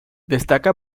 destaca